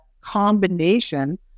combination